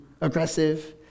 aggressive